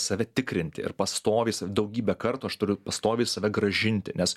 save tikrinti ir pastoviai daugybę kartų aš turiu pastoviai save grąžinti nes